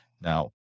Now